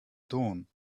dawn